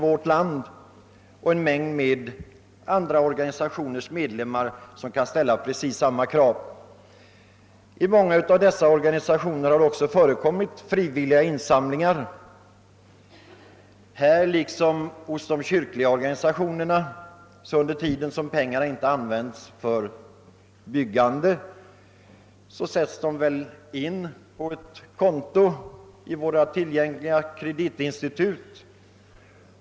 En mängd andra organisationer kan ställa precis samma krav. I en mängd av dessa organisationer har det också företagits frivilliga insamlingar precis som i de kyrkliga organisationerna. Under tiden som pengarna inte används för byggande står de väl inne på ett konto i något kreditinstitut.